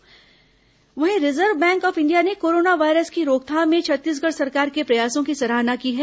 corona reserve bank Chhattisgarh reserve bank of India ने corona virus की रोकथाम में छत्तीसगढ़ सरकार के प्रयासों की सराहना की है